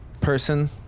person